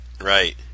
Right